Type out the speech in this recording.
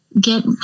get